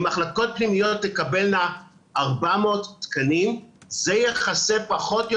אם המחלקות הפנימיות תקבלנה 400 תקנים זה יכסה פחות או